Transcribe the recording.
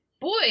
boy